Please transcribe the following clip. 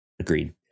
agreed